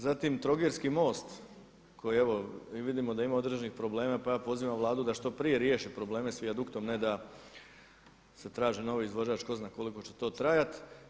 Zatim trogirski most, koji evo i vidimo da ima određenih problema pa ja pozivam Vladu da što prije riješi probleme sa vijaduktom a ne da se traži novi izvođač, tko zna koliko će to trajati.